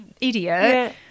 idiot